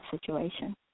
situation